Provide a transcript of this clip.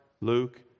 Luke